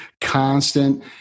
constant